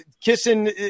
kissing